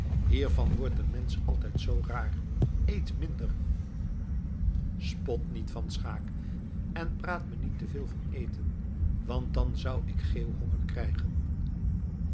hiervan wordt een mensch altijd zoo raar eet minder spot niet van schaeck en praat me niet te veel van eten want dan zou ik den geeuwhonger krijgen